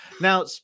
Now